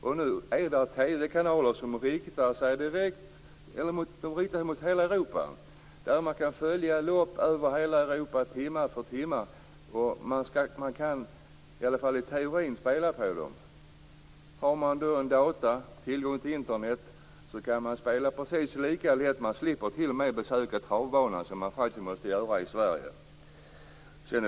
Det finns TV-kanaler som riktar sig till hela Europa där kan man följa loppen timme för timme. Det är teoretiskt möjligt att spela på dessa lopp. Har man en dator med tillgång till Internet kan man spela utan vidare. Man slipper t.o.m. att besöka travbanan som man måste göra i Sverige.